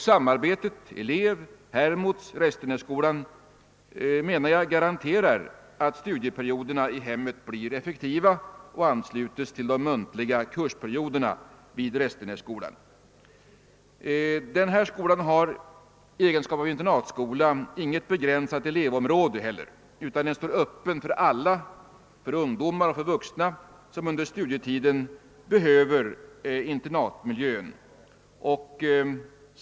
Samarbetet elev—Hermods—Restenässkolan garanterar enligt min uppfattning att studieperioderna i hemmet blir effektiva och anslutes till de muntliga kursperioderna vid Restenässkolan. Denna skola har i egenskap av internatskola inget begränsat elevområde, utan den står öppen för alla — för ungdomar och vuxna som under studietiden behöver internatmiljön.